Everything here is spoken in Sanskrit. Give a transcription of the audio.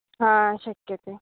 हा शक्यते